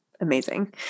Amazing